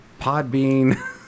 Podbean